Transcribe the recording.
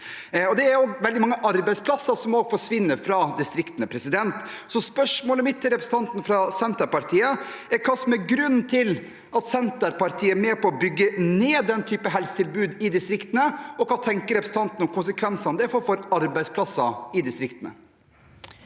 veldig mange arbeidsplasser som forsvinner fra distriktene. Spørsmålet mitt til representanten fra Senterpartiet er hva som er grunnen til at Senterpartiet er med på å bygge ned den typen helsetilbud i distriktene. Og hva tenker representanten om konsekvensene det får for arbeidsplasser i distriktene?